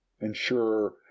ensure